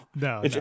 no